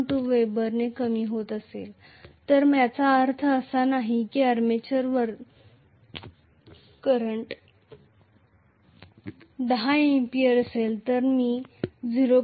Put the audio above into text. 2 wb ने कमी होत असेल तर याचा अर्थ असा नाही की आर्मेचर करंट 10 A असेल तर मी 0